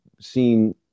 seen